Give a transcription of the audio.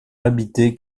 habité